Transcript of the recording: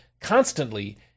constantly